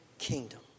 kingdom